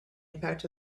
impact